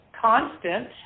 constant